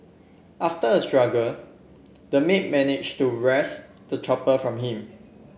after a struggle the maid managed to wrest the chopper from him